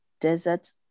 desert